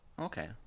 Okay